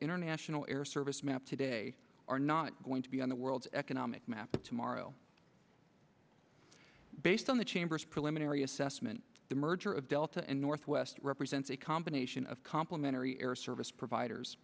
international air service map today are not going to be on the world's economic map tomorrow based on the chamber's preliminary assessment the merger of delta and northwest represents a combination of complimentary air service providers